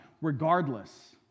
regardless